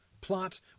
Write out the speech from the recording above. plot